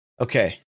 okay